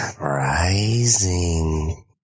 rising